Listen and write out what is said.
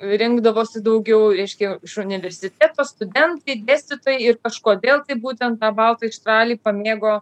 rinkdavosi daugiau reiškia iš universiteto studentai dėstytojai ir kažkodėl tai būtent tą baltąjį štralį pamėgo